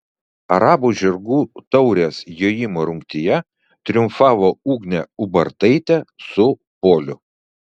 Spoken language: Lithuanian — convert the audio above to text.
arabų žirgų taurės jojimo rungtyje triumfavo ugnė ubartaitė su poliu